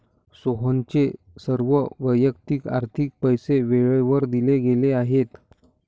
सोहनचे सर्व वैयक्तिक आर्थिक पैसे वेळेवर दिले गेले आहेत